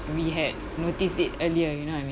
we had noticed it earlier you know what I mean